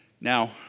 Now